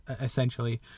essentially